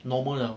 normal 的